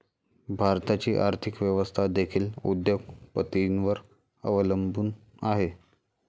भारताची आर्थिक व्यवस्था देखील उद्योग पतींवर अवलंबून आहे